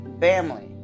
family